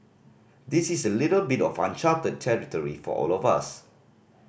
this is a little bit of uncharted territory for all of us